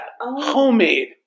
Homemade